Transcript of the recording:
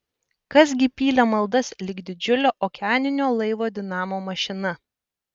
kas gi pylė maldas lyg didžiulio okeaninio laivo dinamo mašina